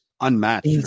unmatched